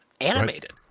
animated